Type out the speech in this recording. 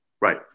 right